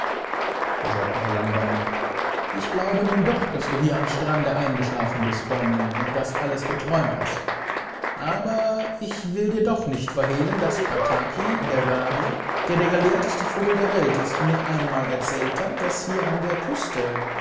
da sagte herr langbein ich glaube nun doch daß du hier am strande eingeschlafen bist däumling und das alles geträumt hast aber ich will dir dochnichtverhehlen daßbataki derrabe derdergelehrtestevogelderwelt ist mir einmal erzählt hat daß hier an der küste